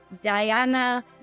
Diana